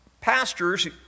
pastors